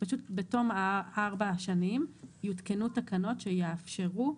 פשוט בתום ארבע השנים יותקנו תקנות שיאפשרו --- לא.